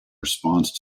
response